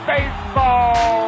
Baseball